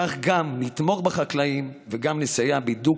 כך גם נתמוך בחקלאים וגם נסייע בהידוק